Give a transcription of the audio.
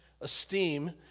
esteem